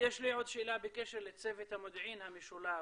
יש לי עוד שאלה בקשר לצוות המודיעין המשולב,